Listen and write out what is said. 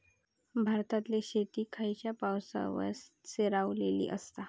भारतातले शेती खयच्या पावसावर स्थिरावलेली आसा?